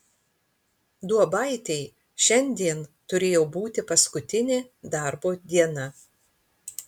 duobaitei šiandien turėjo būti paskutinė darbo diena